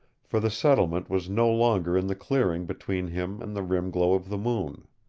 for the settlement was no longer in the clearing between him and the rim-glow of the moon.